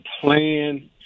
plan